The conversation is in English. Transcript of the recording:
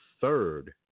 third